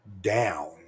down